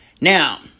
Now